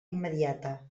immediata